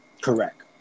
Correct